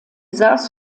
saß